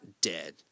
dead